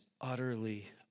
utterly